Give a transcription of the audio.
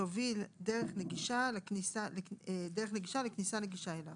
תוביל דרך נגישה לכניסה נגישה אליו,